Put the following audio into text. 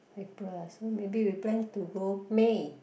April ah so maybe we plan to go May